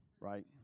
right